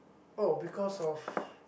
oh because of